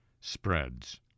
spreads